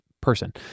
person